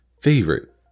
favorite